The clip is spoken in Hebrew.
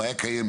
הבעיה קיימת.